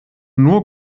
nur